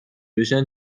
بشن